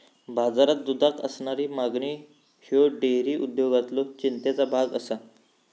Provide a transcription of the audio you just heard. बाजारात दुधाक असणारी मागणी ह्यो डेअरी उद्योगातलो चिंतेचो भाग आसा